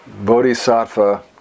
bodhisattva